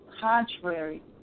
contrary